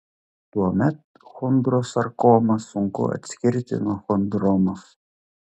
tuomet chondrosarkomą sunku atskirti nuo chondromos